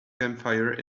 campfire